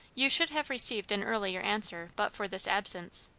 you should have received an earlier answer but for this absence.